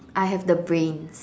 I have the brains